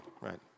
right